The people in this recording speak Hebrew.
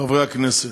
חברי הכנסת,